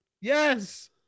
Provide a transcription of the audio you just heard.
Yes